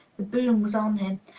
the boom was on him.